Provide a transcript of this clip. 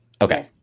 Okay